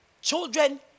children